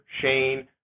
Shane